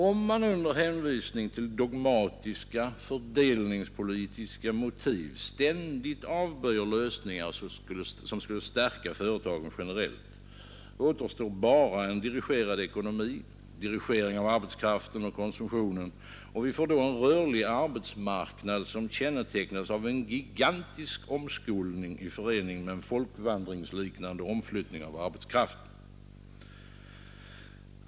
Om man under hänvisning till dogmatiska fördelningspolitiska motiv ständigt avböjer lösningar som skulle stärka företagen generellt, återstår bara en dirigerad ekonomi — dirigering av arbetskraften och konsumtionen — och vi får en rörlig arbetsmarknad som kännetecknas av en gigantisk omskolning i förening med en folkvandringsliknande omflyttning av arbetskraften.